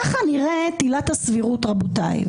כך נראית עילת הסבירות, רבותיי.